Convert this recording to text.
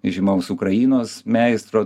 žymaus ukrainos meistro